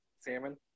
salmon